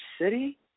city